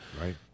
right